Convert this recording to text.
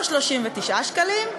לא 39 שקלים,